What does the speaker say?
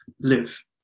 live